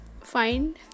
find